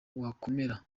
wakomera